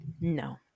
No